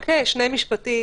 רק שני משפטים